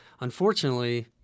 unfortunately